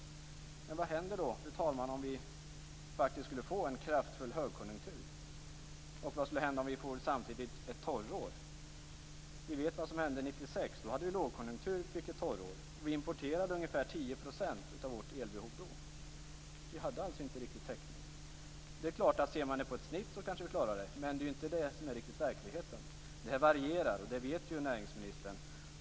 Men vad händer då, fru talman, om vi skulle få en kraftfull högkonjunktur? Och vad händer om vi samtidigt skulle få ett torrår? Vi vet vad som hände 1996. Då hade vi lågkonjunktur och fick ett torrår. Då importerade vi ungefär 10 % av vårt elbehov. Vi hade alltså inte riktig täckning. Det är klart att ser man till ett snitt så kanske vi klarar det. Men det är ju inte det som är verkligheten. Det varierar, och det vet näringsmininstern.